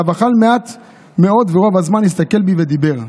הרב אכל מעט מאוד ורוב הזמן הסתכל בי ודיבר.